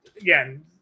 Again